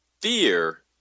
Fear